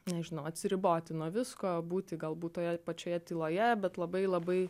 nežinau atsiriboti nuo visko būti galbūt toje pačioje tyloje bet labai labai